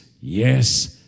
yes